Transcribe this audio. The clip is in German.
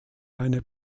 eine